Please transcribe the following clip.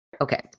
okay